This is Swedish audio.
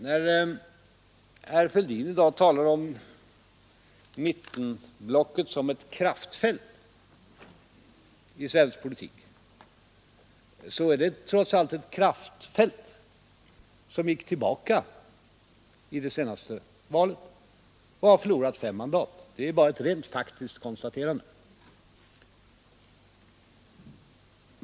När herr Fälldin i dag talar om mittenblocket som ett kraftfält i svensk politik, så är det trots allt ett ”kraftfält” som gick tillbaka i det senaste valet och har förlorat fem mandat. Det är bara ett rent faktiskt konstaterande.